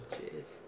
Cheers